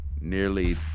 nearly